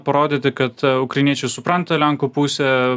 parodyti kad ukrainiečiai supranta lenkų pusę